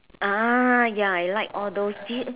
ah ya I like all those